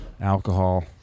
Alcohol